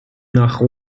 nach